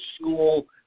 school